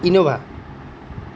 Innova